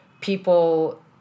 people